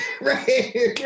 right